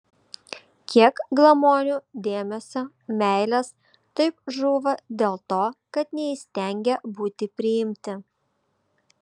kiek glamonių dėmesio meilės taip žūva dėl to kad neįstengė būti priimti